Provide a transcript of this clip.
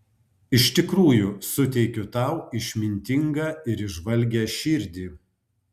iš tikrųjų suteikiu tau išmintingą ir įžvalgią širdį